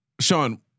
Sean